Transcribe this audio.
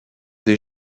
des